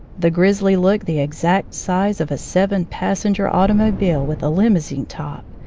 the grizzly looked the exact size of a seven-passenger automobile with a limousine top,